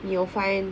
you got find